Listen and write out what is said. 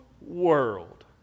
world